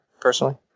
personally